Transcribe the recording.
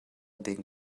ding